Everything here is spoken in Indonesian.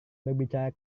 berbicara